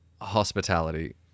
hospitality